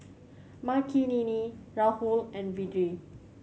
Makineni Rahul and Vedre